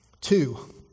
Two